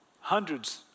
hundreds